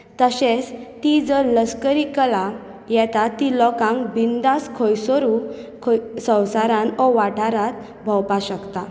तशेंस ती जर लस्करी कला येता ती लोकांक बिंदास खंयसरू खं संवसारान ओर वाठारांत भोंवपा शकता